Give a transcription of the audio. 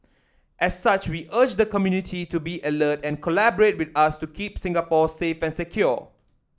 as such we urge the community to be alert and collaborate with us to keep Singapore safe and secure